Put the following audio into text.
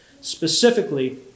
specifically